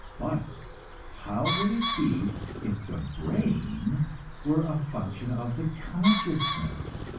but how would it be if the brain were a function of the consciousness